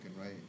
right